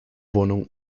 wohnung